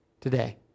today